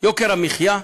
יוקר המחיה,